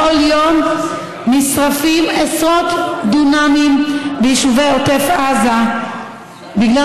כל יום נשרפים עשרות דונמים ביישובי עוטף עזה בגלל